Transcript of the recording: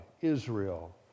Israel